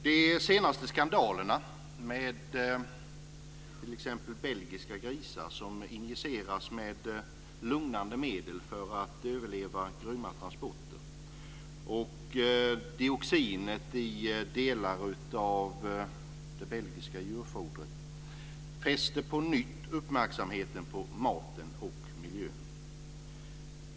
De senaste skandalerna med t.ex. belgiska grisar som injiceras med lugnande medel för att överleva grymma transporter och dioxinet i delar av det belgiska djurfodret fäster på nytt uppmärksamheten på maten och miljön.